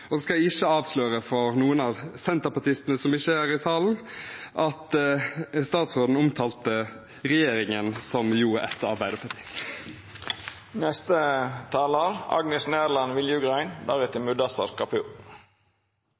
skal jeg ikke avsløre for noen av senterpartistene – som ikke er her i salen – at statsråden omtalte regjeringen som